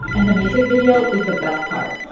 and the music video is the best part.